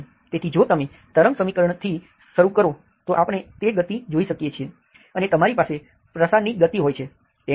તેથી જો તમે તરંગ સમીકરણથી શરૂ કરો તો આપણે તે ગતિ જોઈ શકીએ છીએ અને તમારી પાસે પ્રસારની ગતિ હોય છે